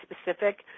specific